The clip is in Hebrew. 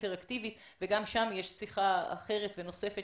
האינטר-אקטיבית וגם שם יש שיחה אחרת ונוספת